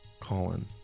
Colin